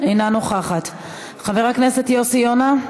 אינה נוכחת, חבר הכנסת יוסי יונה,